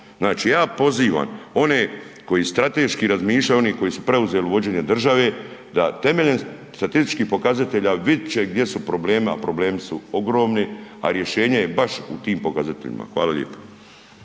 znači ja pozivam one koji strateški razmišljaju, oni koji su preuzeli vođenje države da temeljem statističkih pokazatelja vidjet će gdje su problemi, a problemi su ogromni, a rješenje je baš u tim pokazateljima. Hvala.